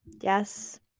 yes